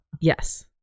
yes